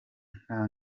nta